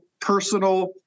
personal